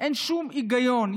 אין שום היגיון.